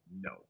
No